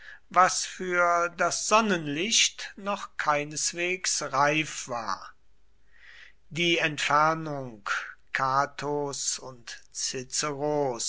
was für das sonnenlicht noch keineswegs reif war die entfernung catos und